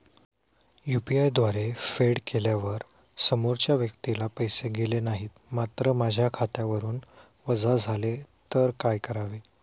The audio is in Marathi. यु.पी.आय द्वारे फेड केल्यावर समोरच्या व्यक्तीला पैसे गेले नाहीत मात्र माझ्या खात्यावरून वजा झाले तर काय करावे?